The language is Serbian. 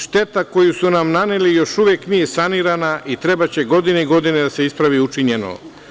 Šteta koju su nam naneli još uvek nije sanirana i trebaće godine i godine da se ispravi učinjeno.